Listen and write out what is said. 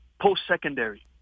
post-secondary